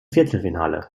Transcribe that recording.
viertelfinale